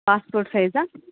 pass port size